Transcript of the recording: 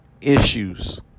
issues